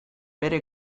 bere